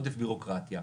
ועודף ביורוקרטיה.